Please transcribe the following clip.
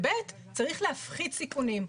ושנית, צריך להפחית סיכונים.